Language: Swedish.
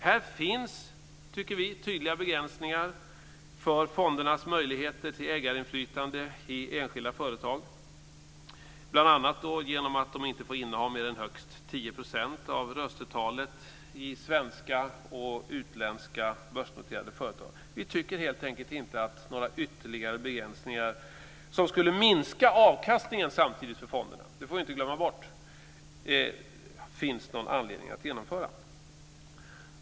Här finns, tycker vi, tydliga begränsningar vad gäller fondernas möjligheter till ägarinflytande i enskilda företag, bl.a. genom att de inte får inneha mer än högst 10 % av röstetalet i svenska och utländska börsnoterade företag. Vi tycker helt enkelt inte att det finns någon anledning att genomföra några ytterligare begränsningar, som samtidigt - det får vi inte glömma bort - skulle minska avkastningen för fonderna.